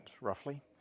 roughly